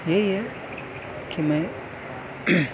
یہی ہے کہ میں